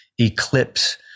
eclipse